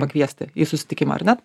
pakviesti į susitikimą ar ne